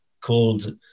called